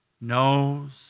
knows